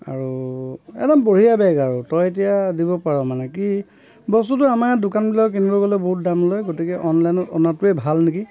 আৰু একদম বঢ়িয়া বেগ আৰু তই এতিয়া দিব পাৰ মানে কি বস্তুটো আমাৰ ইয়াত দোকানবিলাকত কিনিব গ'লে বহুত দাম লয় গতিকে অনলাইনত অনাটোৱে ভাল নেকি